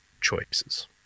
choices